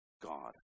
God